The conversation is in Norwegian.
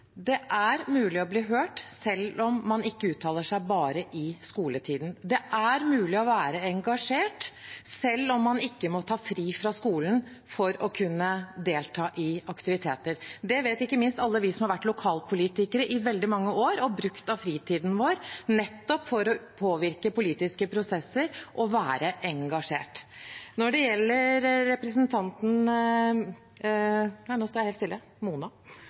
Det er mulig å bli hørt selv om man ikke uttaler seg bare i skoletiden. Det er mulig å være engasjert selv om man ikke må ta fri fra skolen for å kunne delta i aktiviteter. Det vet ikke minst alle vi som har vært lokalpolitikere i veldig mange år, og brukt av fritiden vår nettopp for å påvirke politiske prosesser og være engasjert. Når det gjelder representanten – nå står det helt stille